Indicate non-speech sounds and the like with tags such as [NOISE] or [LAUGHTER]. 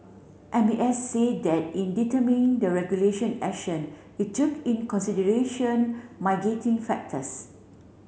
M A S say that in determining the regulation action it took in consideration [UNINTELLIGIBLE] factors